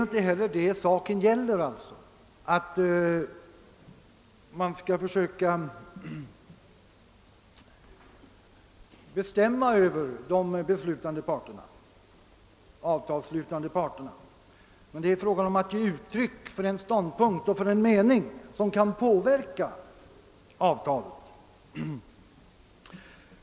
Saken gäller inte heller att man skall försöka bestämma över de avtalsslutande parterna, utan det är fråga om att ge uttryck för en ståndpunkt och en mening som kan påverka avtalen.